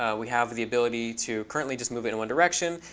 ah we have the ability to currently just move it in one direction.